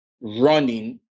running